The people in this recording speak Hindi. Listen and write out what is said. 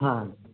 हाँ हाँ